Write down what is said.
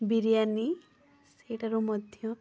ବିରିୟାନୀ ସେଇଟାରୁ ମଧ୍ୟ